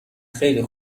خیلی